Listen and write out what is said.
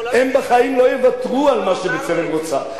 הם בחיים לא יוותרו על מה ש"בצלם" רוצה,